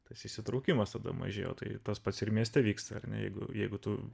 tas įsitraukimas tada mažėjo tai tas pats ir mieste vyksta ir negu jeigu tu